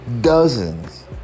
dozens